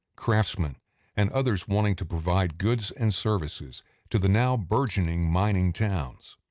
craftsmen and others wanting to provide goods and services to the now burgeoning mining towns.